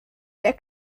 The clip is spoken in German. der